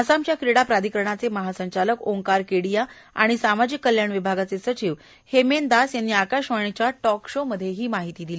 आसामच्या क्रीडा प्राधिकरणाचे महासंचालक ओंकार केडीया आणि सामाजिक कल्याण विभागाचे सचिव हेमेन दास यांनी आकाशवाणीच्या टॉक शो मध्ये ही माहिती दिली